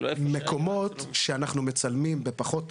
מקומות אנחנו מצלמים בפחות,